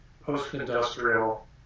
post-industrial